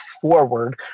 forward